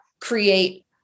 create